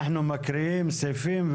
אנחנו מקריאים סעיפים.